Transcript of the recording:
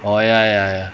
libra